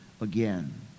again